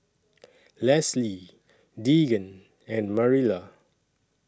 Leslee Deegan and Marilla